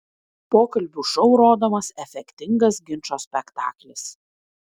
pokalbių šou rodomas efektingas ginčo spektaklis